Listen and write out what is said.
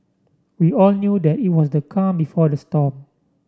we all knew that it was the calm before the storm